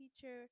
teacher